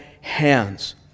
hands